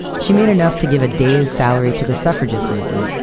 she made enough to give a day's salary to the suffragists movement,